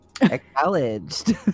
Acknowledged